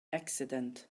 accident